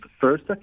first